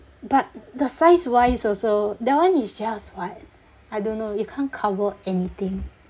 but the size wise also that one is just what I don't know you can't cover anything